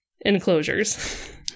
enclosures